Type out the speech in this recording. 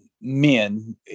men